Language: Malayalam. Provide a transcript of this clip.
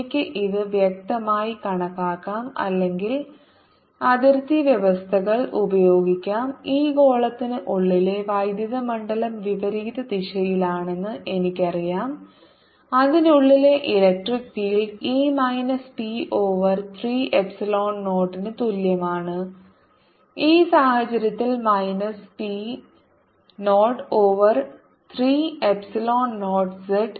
എനിക്ക് ഇത് വ്യക്തമായി കണക്കാക്കാം അല്ലെങ്കിൽ അതിർത്തി വ്യവസ്ഥകൾ ഉപയോഗിക്കാം ഈ ഗോളത്തിന് ഉള്ളിലെ വൈദ്യുത മണ്ഡലം വിപരീത ദിശയിലാണെന്ന് എനിക്കറിയാം അതിനുള്ളിലെ electric field E minus P over 3 epsilon 0 ന് തുല്യമാണ് ഈ സാഹചര്യത്തിൽ minus P 0 over 3 epsilon 0 z